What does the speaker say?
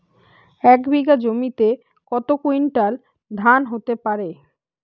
এক বিঘা জমিতে কত কুইন্টাল ধান হতে পারে?